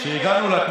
יש לך עשר דקות.